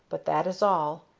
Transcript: but that is all.